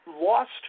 lost